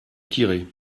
tiré